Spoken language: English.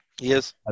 Yes